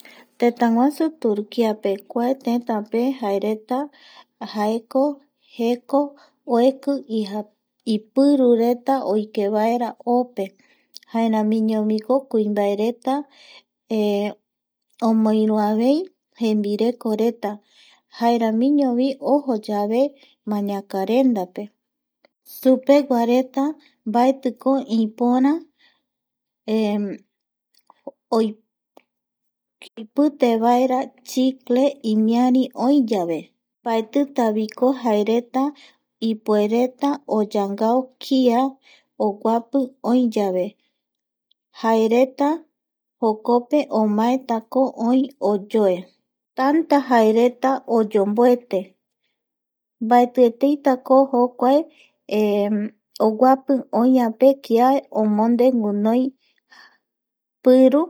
Tëtäguasu Turquiape kua tetápejaereta jaereta jaereta jaeko jeko oieki ipirureta oikevaera ope jaeramiñoviko kuimbaereta omoiruavei jembirekoreta jaeramiñovi ojo yave mañakarendape supeguaretambaetiko ipora oupitivaera chicle imiari oiyave mbaetitavijo jaereta ipuereta oyangao kia oguapi oi yave jaereta jokope omaeteko oi oyoe tanta jaereta oyomboete mbaetieteitako jokua ereta oguapi oiyave kia omonde guinoi piru